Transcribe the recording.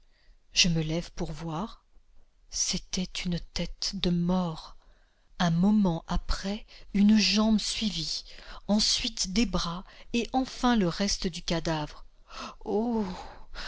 je me lève pour voir c'était une tête de mort un moment après une jambe suivit ensuite des bras et enfin le reste du cadavre oh